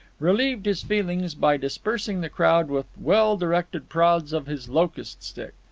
relieved his feelings by dispersing the crowd with well-directed prods of his locust stick.